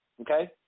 Okay